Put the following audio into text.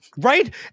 Right